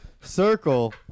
circle